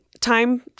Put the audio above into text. time